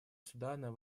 судана